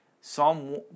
Psalm